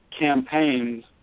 campaigns